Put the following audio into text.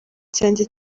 cyanjye